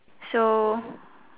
so